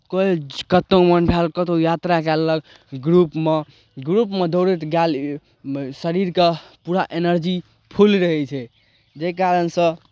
कोइ कतहु मोन भेल कतहु यात्रा कए लेलक ग्रुपमे ग्रुपमे दौड़ैत गेल शरीरके पूरा एनर्जी फुल रहै छै जाहि कारणसँ